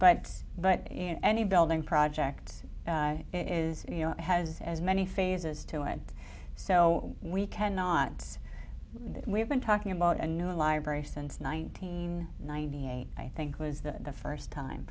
but but in any building project is you know has as many phases to it so we cannot say we have been talking about a new library since nineteen ninety eight i think was the first time